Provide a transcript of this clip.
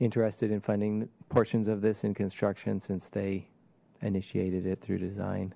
interested in finding portions of this in construction since they initiated it through design